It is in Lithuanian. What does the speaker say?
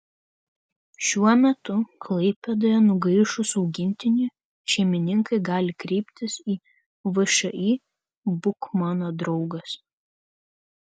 šiuo metu klaipėdoje nugaišus augintiniui šeimininkai gali kreiptis į všį būk mano draugas